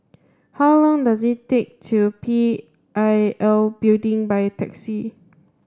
how long does it take to P I L Building by taxi